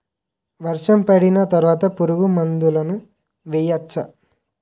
వర్షం పడిన తర్వాత పురుగు మందులను వేయచ్చా?